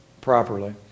properly